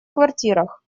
квартирах